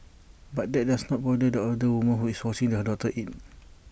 but that does not bother the older woman who is watching her daughter ate